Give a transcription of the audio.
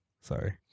Sorry